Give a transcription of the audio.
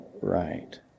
right